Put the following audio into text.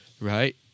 right